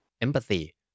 empathy